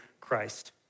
Christ